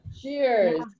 cheers